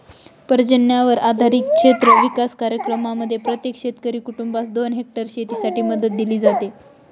पर्जन्यावर आधारित क्षेत्र विकास कार्यक्रमांमध्ये प्रत्येक शेतकरी कुटुंबास दोन हेक्टर शेतीसाठी मदत दिली जाते